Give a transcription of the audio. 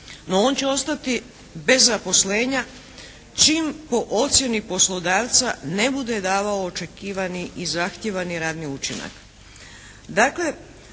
No on će ostati bez zaposlenja čim po ocjeni poslodavca ne bude davao očekivani i zahtijevani radni učinak.